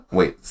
Wait